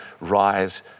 rise